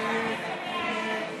הצעת ועדת